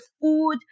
food